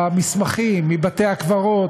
המסמכים מבתי-הקברות,